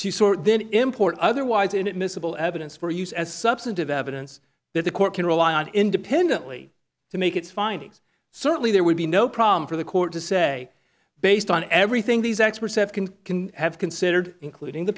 sort then import otherwise inadmissible evidence for use as substantive evidence that the court can rely on independently to make its findings certainly there would be no problem for the court to say based on everything these x perception can have considered including the